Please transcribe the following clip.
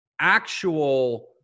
actual